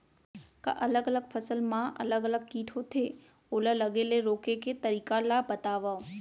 का अलग अलग फसल मा अलग अलग किट होथे, ओला लगे ले रोके के तरीका ला बतावव?